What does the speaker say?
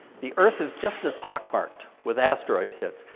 the earth is just as pockmarked with asteroid hits.